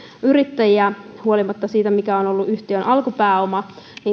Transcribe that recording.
yrittäjiä huolimatta siitä mikä on ollut yhtiön alkupääoma